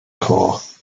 corps